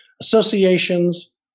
associations